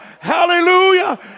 Hallelujah